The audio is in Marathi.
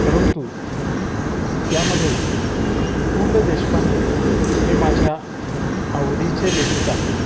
परंतु त्यामध्ये पु ल देशपांडे हे माझ्या आवडीचे लेखक आहेत